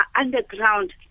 underground